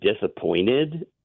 disappointed